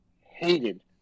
hated